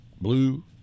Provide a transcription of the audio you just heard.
Blue